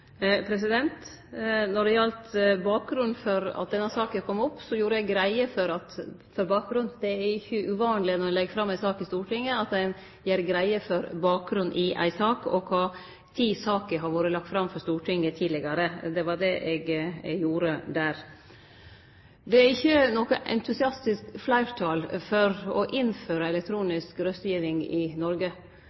Når det gjeld bakgrunnen for at denne saka kom opp, gjorde eg greie for den. Det er ikkje uvanleg når ein legg fram ei sak i Stortinget, at ein gjer greie for bakgrunnen for saka og kva tid ho har vore lagd fram for Stortinget tidlegare. Det var det eg gjorde. Det er ikkje noko entusiastisk fleirtal for å innføre elektronisk røystegiving i Noreg.